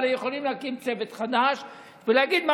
אבל יכולים להקים צוות חדש ולהגיד מה